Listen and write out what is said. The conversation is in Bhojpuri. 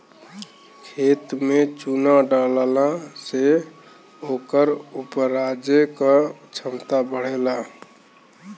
खेत में चुना डलला से ओकर उपराजे क क्षमता बढ़ेला